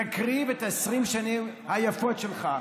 תקריב את 20 השנים היפות שלך,